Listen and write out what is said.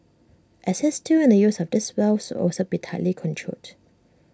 access to and the use of these wells will also be tightly controlled